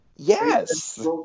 Yes